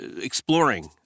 exploring